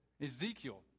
Ezekiel